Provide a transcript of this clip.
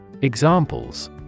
Examples